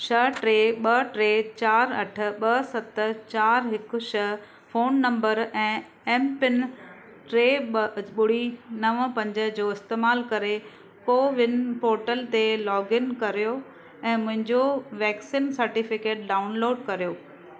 छह टे ॿ टे चारि अठ ॿ सत चारि हिकु छह फ़ोन नंबर ऐं एम पिन टे ॿुड़ी नव पंज जो इस्तेमालु करे कोविन पोर्टल ते लोगिन करियो ऐं मुंहिंजो वैक्सीन सर्टिफ़िकेट डाउनलोड करियो